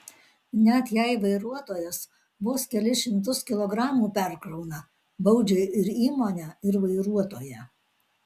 net jei vairuotojas vos kelis šimtus kilogramų perkrauna baudžia ir įmonę ir vairuotoją